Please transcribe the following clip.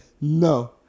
No